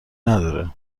نداره